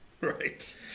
right